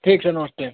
ठीक सर नमस्ते